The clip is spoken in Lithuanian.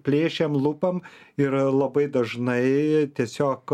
plėšiam lupam ir labai dažnai tiesiog